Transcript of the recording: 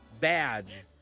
badge